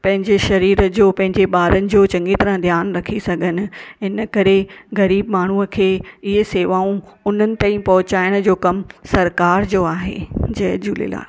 पंहिंजे शरीरु जो पंहिंजे ॿारनि जो चङी तरह ध्यानु रखी सघनि हिन करे ग़रीब माण्हू खे हीअ सेवाऊं उन्हनि ताईं पहुचाइण जो कमु सरकारु जो आहे जय झूलेलाल